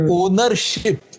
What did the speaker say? ownership